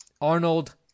Arnold